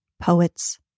poets